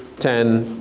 ten,